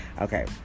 Okay